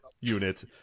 unit